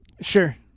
Sure